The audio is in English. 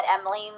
Emily